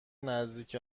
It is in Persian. نزدیک